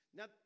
Now